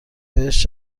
بهش